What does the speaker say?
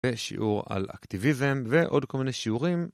ושיעור על אקטיביזם ועוד כל מיני שיעורים